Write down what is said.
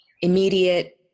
immediate